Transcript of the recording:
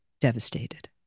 devastated